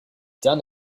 done